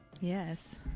Yes